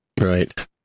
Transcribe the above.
Right